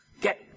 Get